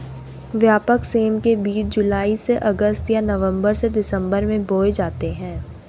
व्यापक सेम के बीज जुलाई से अगस्त या नवंबर से दिसंबर में बोए जाते हैं